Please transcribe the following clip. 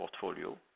portfolio